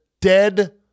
dead